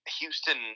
Houston